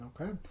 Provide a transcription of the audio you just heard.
okay